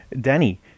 Danny